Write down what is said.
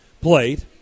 played